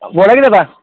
बोला की दादा